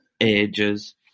ages